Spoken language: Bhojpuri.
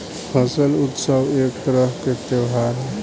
फसल उत्सव एक तरह के त्योहार ह